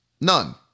None